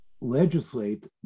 legislate